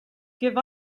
give